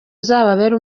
uzababere